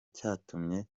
cyatumye